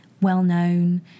well-known